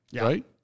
right